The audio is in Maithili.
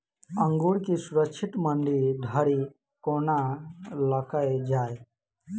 अंगूर केँ सुरक्षित मंडी धरि कोना लकऽ जाय?